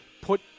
put